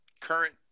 current